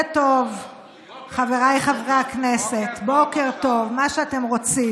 הם מחבלים, זאת האמת.